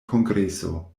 kongreso